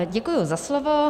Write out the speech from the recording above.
Děkuji za slovo.